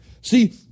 See